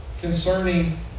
concerning